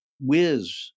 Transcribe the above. whiz